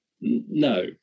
no